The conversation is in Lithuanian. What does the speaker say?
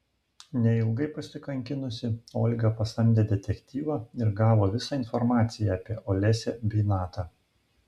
neilgai pasikankinusi olga pasamdė detektyvą ir gavo visą informaciją apie olesią bei natą